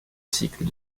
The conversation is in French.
cycles